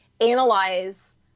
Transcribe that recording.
analyze